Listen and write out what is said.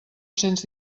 cents